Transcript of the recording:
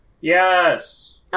Yes